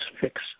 fix